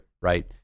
right